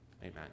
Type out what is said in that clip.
Amen